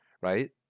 right